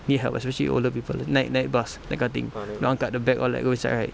need help especially older people naik naik bus that kind of thing then angkat the bag all like go inside right